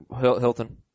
Hilton